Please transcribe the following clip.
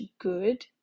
good